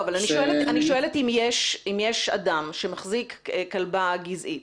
אני שואלת אם יש אדם שמחזיק כלבה גזעית